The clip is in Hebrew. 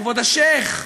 כבוד השיח',